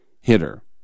hitter